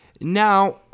Now